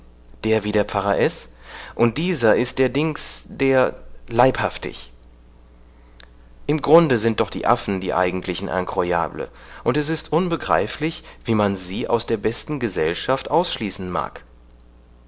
der wie der pfarrer s und dieser ist der dings der leibhaftig im grunde sind doch die affen die eigentlichen incroyables und es ist unbegreiflich wie man sie aus der besten gesellschaft ausschließen mag